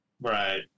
right